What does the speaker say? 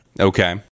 Okay